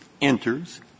enters